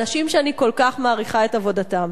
באנשים שאני כל כך מעריכה את עבודתם.